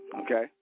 Okay